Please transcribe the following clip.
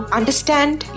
understand